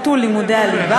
והצעת חוק ביטול לימודי הליבה,